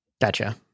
Gotcha